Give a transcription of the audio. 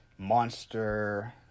Monster